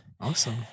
Awesome